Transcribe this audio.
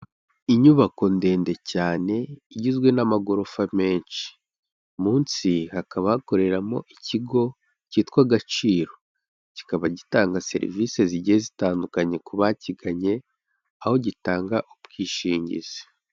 Inyubako ndende cyane igizwe n'amagorofa menshi. Munsi hakaba hakoreramo ikigo cyitwa Agaciro. Kikaba gitanga serivise zigiye zitandukanye ku bakiganye, aho gitanga ubwishingizi.